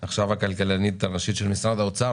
עכשיו הכלכלנית הראשית של משרד האוצר,